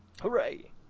Hooray